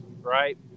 right